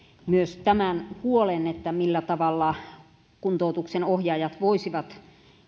myös tämän huolen millä tavalla kuntoutuksen ohjaajat voisivat